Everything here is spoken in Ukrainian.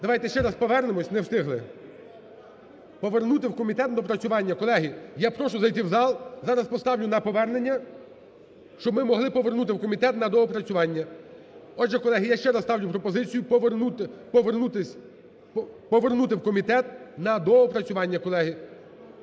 Давайте ще раз повернемося, не встигли. Повернути в комітет на доопрацювання. Колеги, я прошу зайти в зал зараз поставлю на повернення, щоб ми могли повернути в комітет на доопрацювання. Отже, колеги, я ще раз ставлю пропозицію повернути в комітет на доопрацювання, колеги.